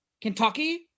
Kentucky